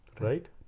right